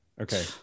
okay